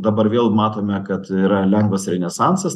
dabar vėl matome kad yra lengvas renesansas